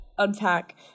Unpack